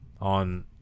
on